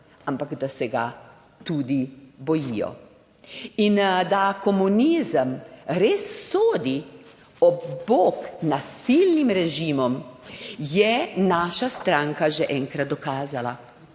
ampak da se ga tudi bojijo. In da komunizem res sodi ob bok nasilnim režimom, je naša stranka že enkrat dokazala